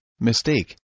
Mistake